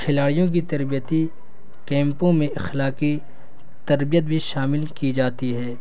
کھلاڑیوں کی تربیتی کیمپوں میں اخلاقی تربیت بھی شامل کی جاتی ہے